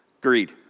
Greed